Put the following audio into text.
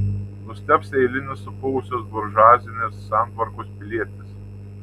nustebs eilinis supuvusios buržuazinės santvarkos pilietis